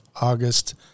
August